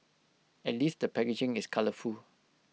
at least the packaging is colourful